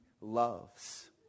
loves